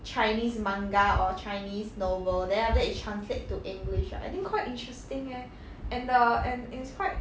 chinese manga or chinese novel then after that you translate to english I think quite interesting leh and the and it's quite